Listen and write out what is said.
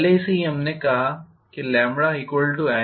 पहले से ही हमने कहा N∅